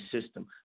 system